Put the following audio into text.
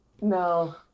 No